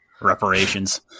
Reparations